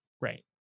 right